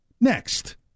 Next